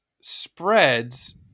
spreads